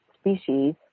species